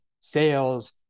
sales